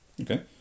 Okay